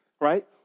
right